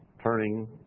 turning